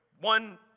one